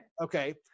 Okay